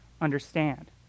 understand